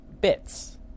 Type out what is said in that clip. bits